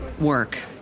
work